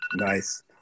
nice